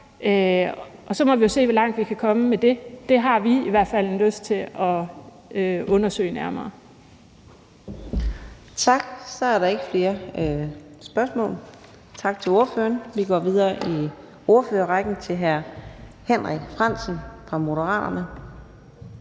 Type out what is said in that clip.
Og så må vi jo se, hvor langt vi kan komme med det. Det har vi i hvert fald lyst til at undersøge nærmere. Kl. 17:46 Fjerde næstformand (Karina Adsbøl): Så er der ikke flere spørgsmål. Tak til ordføreren. Vi går videre i ordførerrækken til hr. Henrik Frandsen fra Moderaterne.